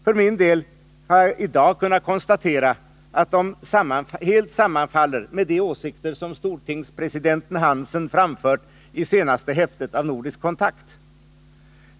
För min del har jag i dag kunnat konstatera att de helt sammanfaller med de åsikter som stortingspresident Hansen framfört i senaste häftet av Nordisk Kontakt.